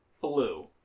Blue